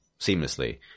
seamlessly